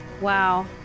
Wow